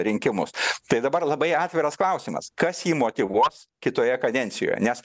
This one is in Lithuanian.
rinkimus tai dabar labai atviras klausimas kas jį motyvuos kitoje kadencijoje nes